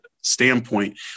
standpoint